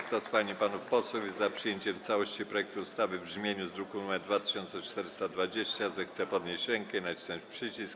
Kto z pań i panów posłów jest za przyjęciem w całości projektu ustawy w brzmieniu z druku nr 2420, zechce podnieść rękę i nacisnąć przycisk.